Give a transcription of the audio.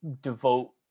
devote